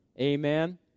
Amen